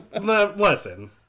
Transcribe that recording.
Listen